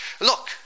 Look